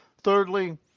Thirdly